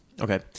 Okay